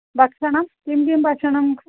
भक्षणं किं किं भक्षणं